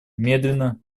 медленно